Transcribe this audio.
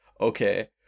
okay